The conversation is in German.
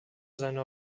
seine